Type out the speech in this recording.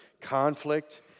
Conflict